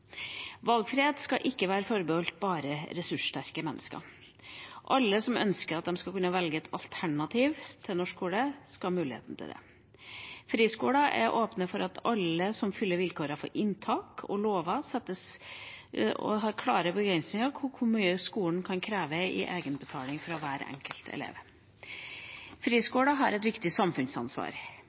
Valgfrihet skal ikke være forbeholdt ressurssterke mennesker. Alle som ønsker å velge et alternativ til norsk skole, skal ha muligheten til det. Friskoler er åpne for alle som fyller vilkårene for inntak, og loven gir klare begrensninger for hvor mye skolen kan kreve i egenbetaling fra hver enkelt elev. Friskoler har et viktig samfunnsansvar.